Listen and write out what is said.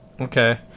Okay